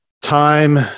Time